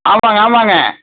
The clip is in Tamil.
ஆமாங்க ஆமாங்க